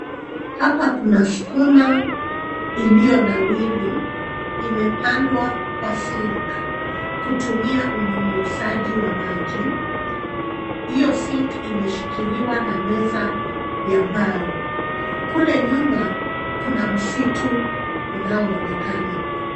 Hapa kuna sukuma iliyonawiri imepandwa kwa cs[sink]cs kutumia unyunyuzaji wa maji. Hiyo cs[sink]cs imeshikiliwa na meza ya mbao. Kule nyuma kuna msitu unaoonekana.